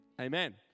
Amen